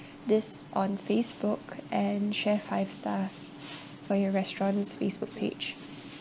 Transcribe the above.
this on facebook and share five stars for your restaurant's facebook page